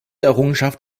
errungenschaft